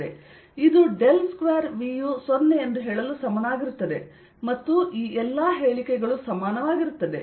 ಇದು del square V U 0 ಎಂದು ಹೇಳಲು ಸಮನಾಗಿರುತ್ತದೆ ಮತ್ತು ಈ ಎಲ್ಲಾ ಹೇಳಿಕೆಗಳು ಸಮಾನವಾಗಿರುತ್ತದೆ